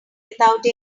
without